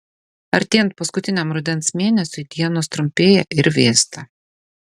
artėjant paskutiniam rudens mėnesiui dienos trumpėja ir vėsta